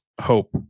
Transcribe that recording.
hope